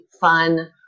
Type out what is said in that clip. fun